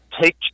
take